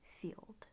field